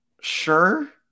Sure